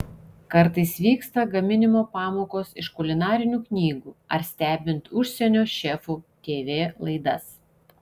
kartais vyksta gaminimo pamokos iš kulinarinių knygų ar stebint užsienio šefų tv laidas